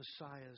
messiahs